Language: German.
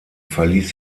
verließ